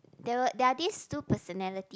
there were there are these two personality